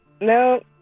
No